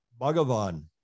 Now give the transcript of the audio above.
Bhagavan